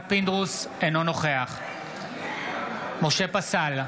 אינו נוכח משה פסל,